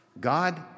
God